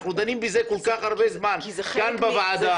אנחנו דנים בזה כל כך הרבה זמן כאן בוועדה -- כי זה